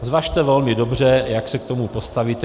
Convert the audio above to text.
Zvažte velmi dobře, jak se k tomu postavíte.